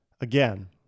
again